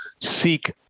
seek